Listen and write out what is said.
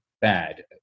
bad